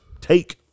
take